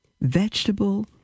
vegetable